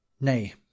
nay